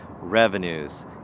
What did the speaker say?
revenues